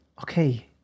okay